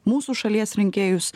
mūsų šalies rinkėjus